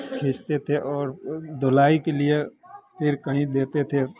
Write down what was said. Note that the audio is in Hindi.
खींचते थे और धुलाई के लिए फिर कहीं देते थे